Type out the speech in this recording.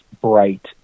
bright